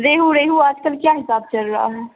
رییہو ریہو آج کل کیا حساب چل رہا ہے